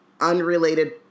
unrelated